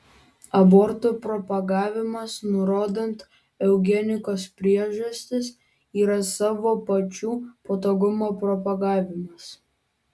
abortų propagavimas nurodant eugenikos priežastis yra savo pačių patogumo propagavimas